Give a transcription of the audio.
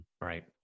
Right